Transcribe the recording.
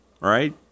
right